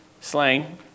slain